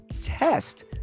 test